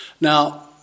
Now